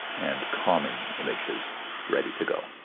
and common images ready to go.